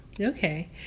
Okay